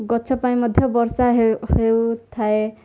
ଗଛ ପାଇଁ ମଧ୍ୟ ବର୍ଷା ହେଉ ହେଉଥାଏ